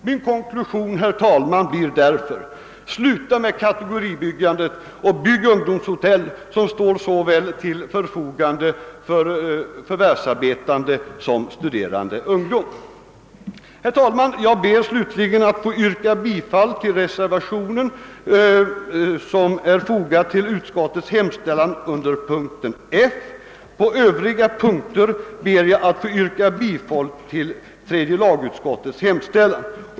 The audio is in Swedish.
Min konklusion, herr talman, blir därför: Sluta med kategoribyggandet och bygg ungdomshotell, som står till förfogande för såväl förvärvsarbetande som studerande ungdom! Herr talman! Jag ber att få yrka bifall till reservationen IV, som är fogad till utskottets hemställan vid mom. F. Vid övriga moment yrkar jag bifall till vad tredje lagutskottet hemställt.